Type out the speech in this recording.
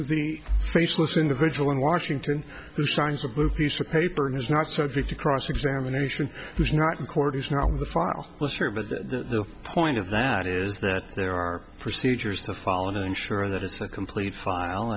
the faceless individual in washington who signs of a piece of paper and is not subject to cross examination who's not in court is now in the file well sure but the point of that is that there are procedures to follow to ensure that it's a complete file